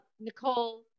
Nicole